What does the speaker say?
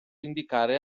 indicare